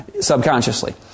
subconsciously